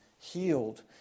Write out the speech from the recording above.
healed